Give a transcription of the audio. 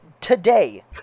today